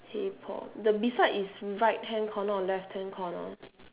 hey paul the beside is right hand corner or left hand corner